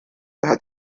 that